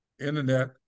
internet